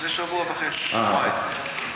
לפני שבוע וחצי, שבועיים.